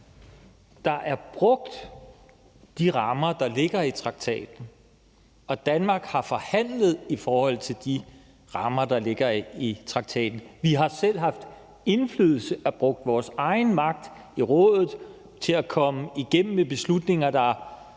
Der er brugt de rammer, der ligger i traktaten, og Danmark har forhandlet i forhold til de rammer, der ligger i traktaten. Vi har selv haft indflydelse og brugt vores egen magt i Rådet til at komme igennem med beslutninger, der i